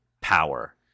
power